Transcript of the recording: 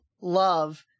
love